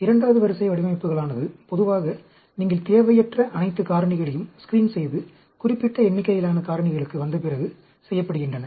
இரண்டாவது வரிசை வடிவமைப்புளானது பொதுவாக நீங்கள் தேவையற்ற அனைத்து காரணிகளையும் ஸ்க்ரீன் செய்து குறிப்பிட்ட எண்ணிக்கையிலான காரணிகளுக்கு வந்த பிறகு செய்யப்படுகின்றன